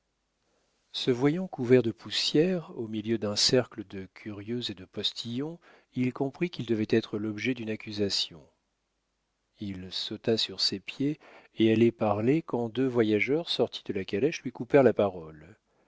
se voyant couvert de poussière au milieu d'un cercle de curieux et de postillons il comprit qu'il devait être l'objet d'une accusation il sauta sur ses pieds et allait parler quand deux voyageurs sortis de la calèche lui coupèrent la parole